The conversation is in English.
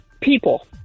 People